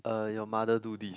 a your mother do this